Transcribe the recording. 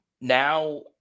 now